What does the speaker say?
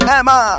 Emma